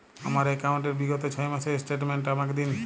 আমার অ্যাকাউন্ট র বিগত ছয় মাসের স্টেটমেন্ট টা আমাকে দিন?